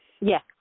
Yes